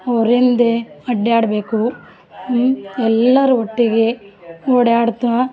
ಅವರಿಂದೇ ಅಡ್ಡಾಡ್ಬೇಕು ಎಲ್ಲರ ಒಟ್ಟಿಗೆ ಓಡಾಡ್ತ